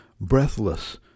breathless